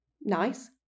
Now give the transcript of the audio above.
nice